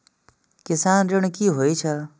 किसान ऋण की होय छल?